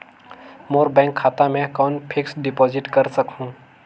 मोर bank खाता मे कौन फिक्स्ड डिपॉजिट कर सकहुं?